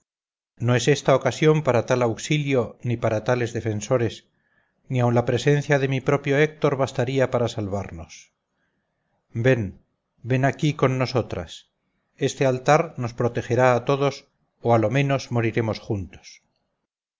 no es esta ocasión para tal auxilio ni para tales defensores ni aun la presencia de mi propio héctor bastaría para salvarnos ven ven aquí con nosotras este altar nos protegerá a todos o a lo menos moriremos juntos